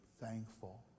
thankful